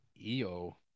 EO